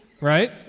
Right